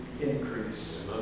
increase